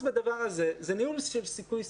אז בדבר הזה זה ניהול סיכוי/סיכון.